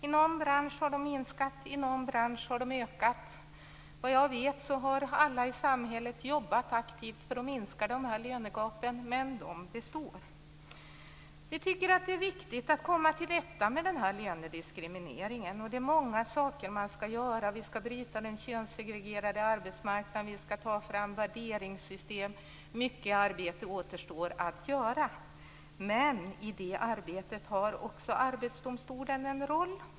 I någon bransch har det minskat. I någon bransch har det ökat. Såvitt jag vet har alla i samhället jobbat aktivt för att minska dessa lönegap, men de består. Vi tycker att det är viktigt att komma till rätta med denna lönediskriminering. Det är många saker vi skall göra. Vi skall bryta den könssegregerade arbetsmarknaden. Vi skall ta fram värderingssystem. Mycket arbete återstår att göra. Men i det arbetet har också Arbetsdomstolen en roll.